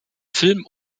film